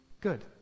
good